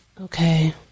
Okay